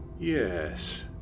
Yes